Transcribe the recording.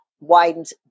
widens